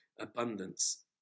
abundance